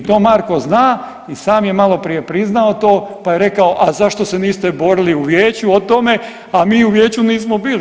I to Marko zna i sam je malo prije priznao to, pa je rekao a zašto se niste borili u Vijeću o tome, a mi u Vijeću nismo bili.